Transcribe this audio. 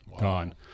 gone